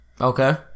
Okay